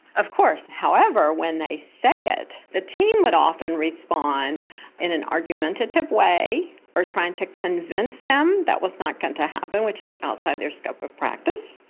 of course. however, when they say it, the team would often respond in an argumentative way or try and to convince them that was not going to happen, which is outside their scope of practice,